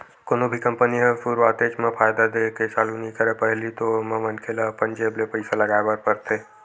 कोनो भी कंपनी ह सुरुवातेच म फायदा देय के चालू नइ करय पहिली तो ओमा मनखे ल अपन जेब ले पइसा लगाय बर परथे